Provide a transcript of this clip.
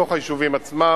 בתוך היישובים עצמם,